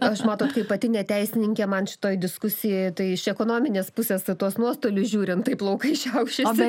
aš matot kai pati ne teisininkė man šitoj diskusijoj tai iš ekonominės pusės į tuos nuostolius žiūrint tai plaukai šiaušiasi